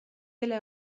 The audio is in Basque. dela